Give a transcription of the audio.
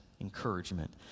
encouragement